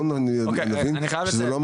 כלומר, בואו נבין שזה לא המצב.